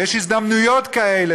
ויש הזדמנויות כאלה,